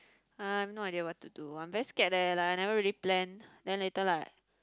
I've no idea what to do I'm very scared eh like I never really plan then later like